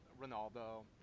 ronaldo